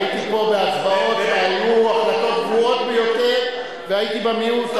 הייתי פה בהצבעות והיו החלטות גרועות ביותר והייתי במיעוט,